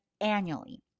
annually